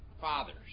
fathers